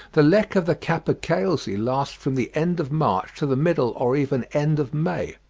the lek of the capercailzie lasts from the end of march to the middle or even end of may.